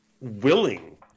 willing